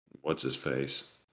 what's-his-face